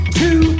two